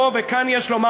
וכאן יש לומר,